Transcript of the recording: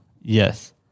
Yes